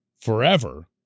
forever